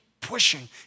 pushing